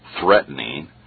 threatening